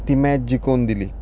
ती मॅच जिखोवन दिली